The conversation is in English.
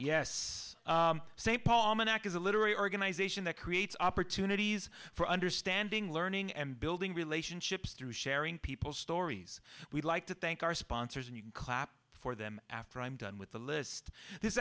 st paul minn act is a literary organization that creates opportunities for understanding learning and building relationships through sharing people's stories we'd like to thank our sponsors and you can clap for them after i'm done with the list this